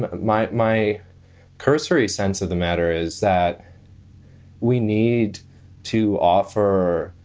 but but my my cursory sense of the matter is that we need to offer,